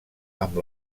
amb